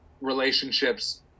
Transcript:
relationships